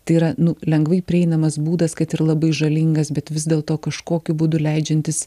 tai yra nu lengvai prieinamas būdas kad ir labai žalingas bet vis dėlto kažkokiu būdu leidžiantis